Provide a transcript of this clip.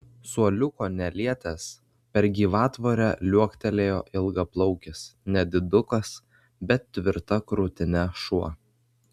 suoliuko nelietęs per gyvatvorę liuoktelėjo ilgaplaukis nedidukas bet tvirta krūtine šuo